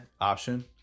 option